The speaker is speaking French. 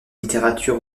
littérature